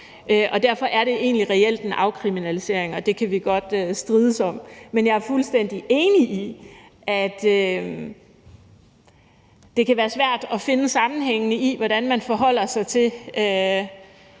på. Derfor er det reelt en afkriminalisering – og det kan vi godt strides om. Men jeg er fuldstændig enig i, at det kan være svært at finde sammenhængene i, hvordan man forholder sig til